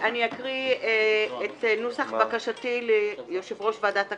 אני אקריא את נוסח בקשתי ליו"ר ועדת הכנסת.